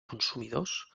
consumidors